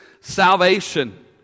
salvation